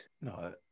No